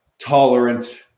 tolerant